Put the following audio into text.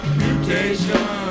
mutation